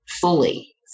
fully